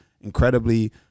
incredibly